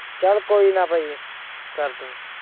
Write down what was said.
ਚਲ ਕੋਈ ਨਾ ਭਾ ਜੀ ਕਰਦੂਂ